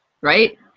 Right